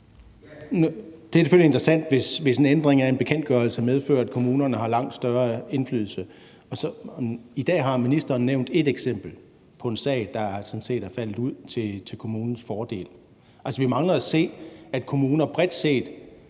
interessant, hvis en ændring af en bekendtgørelse medfører, at kommunerne har langt større indflydelse. I dag har ministeren nævnt ét eksempel på en sag, der sådan set er faldet ud til en kommunes fordel. Vi mangler at se, at kommuner bredt set